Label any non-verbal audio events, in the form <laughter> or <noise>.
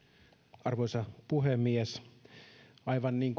arvoisa puhemies aivan niin <unintelligible>